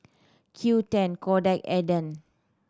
Qoo ten Kodak Aden